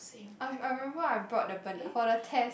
I've I remember I brought the ban~ for the test